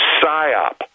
psyop